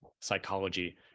psychology